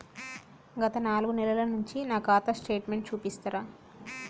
గత నాలుగు నెలల నుంచి నా ఖాతా స్టేట్మెంట్ చూపిస్తరా?